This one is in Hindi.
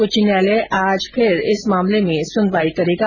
उच्च न्यायालय आज फिर इस मामले में सुनवाई करेगा